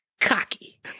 Cocky